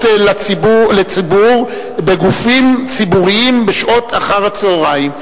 לציבור בגופים ציבוריים בשעות אחר-הצהריים.